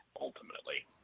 ultimately